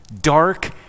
dark